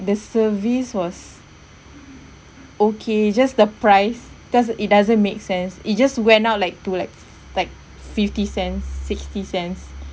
the service was okay just the price cause it doesn't make sense it just went up like to like like fifty cent sixty cents